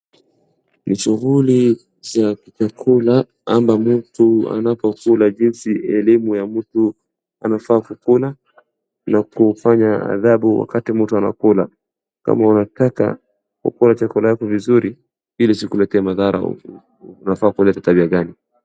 Ni shughuli ya kichakula ama mtu anapokula jinsi elimu ya mtu anafaa kula na kufanya adhabu ambapo mtu anapokula, kama unataka kukula chakula yako vizuri ili isikulete madhara unafaa kuleta tabia ghani.